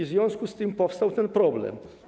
W związku z tym powstał ten problem.